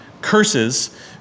curses